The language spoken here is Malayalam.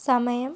സമയം